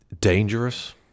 dangerous